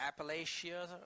Appalachia